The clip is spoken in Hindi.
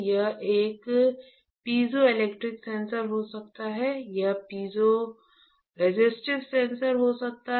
यह एक पीजोइलेक्ट्रिक सेंसर हो सकता है यह पीजोरेसिस्टिव सेंसर हो सकता है